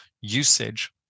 usage